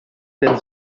denn